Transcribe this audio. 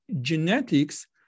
genetics